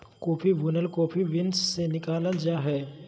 coffee भुनल coffee beans से निकालल जा हइ